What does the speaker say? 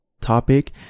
topic